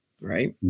Right